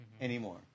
anymore